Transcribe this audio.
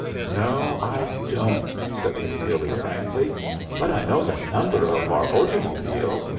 no, i don't, said little billee frankly but i know the number of our ortymobile.